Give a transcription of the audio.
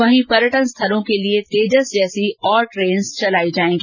वहीं पर्यटन स्थलों के लिए तेजस जैसी और ट्रेने चलाई जायेगी